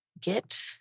get